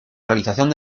realización